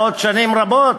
ותסבלו עוד שנים רבות.